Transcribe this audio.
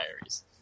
diaries